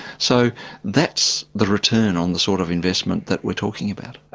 so that's the return on the sort of investments that we're talking about.